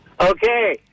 Okay